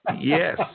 Yes